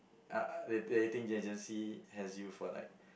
uh the dating agency has you for like